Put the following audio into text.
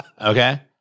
okay